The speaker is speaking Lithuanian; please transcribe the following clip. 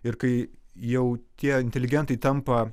ir kai jau tie inteligentai tampa